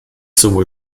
sowohl